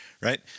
right